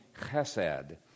chesed